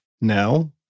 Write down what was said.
now